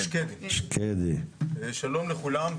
שלום לכולם,